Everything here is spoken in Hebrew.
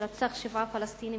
שרצח שבעה פלסטינים,